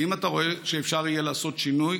האם אתה רואה שאפשר יהיה לעשות שינוי?